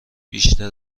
بیشتر